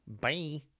Bye